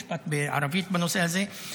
משפט בערבית בנושא הזה.